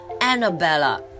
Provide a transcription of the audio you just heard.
Annabella